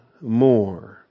more